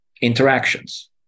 interactions